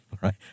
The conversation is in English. right